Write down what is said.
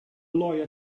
lawyer